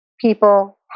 people